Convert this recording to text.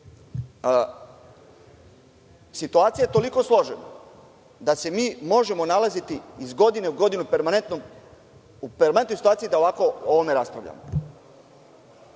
to. Situacija je toliko složena da se mi možemo nalaziti iz godine u godinu u permanentnoj situaciji da ovako o ovome raspravljamo.U